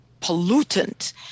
pollutant